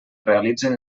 realitzen